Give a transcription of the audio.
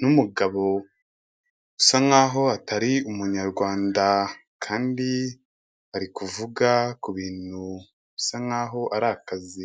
n'umugabo usa nk'aho atari umunyarwanda kandi bari kuvuga ku bintu bisa nk'aho ari akazi.